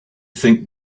think